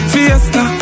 Fiesta